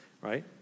right